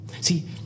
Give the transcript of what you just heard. See